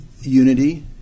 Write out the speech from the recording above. unity